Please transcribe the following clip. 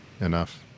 enough